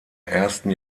ersten